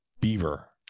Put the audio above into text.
beaver